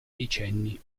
decenni